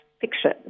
Fiction